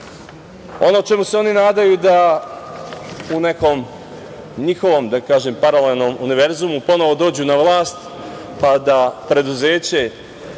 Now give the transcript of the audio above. čemu se oni nadaju da u nekom njihovom paralelom univerzumu ponovo dođu na vlast, pa da matično preduzeće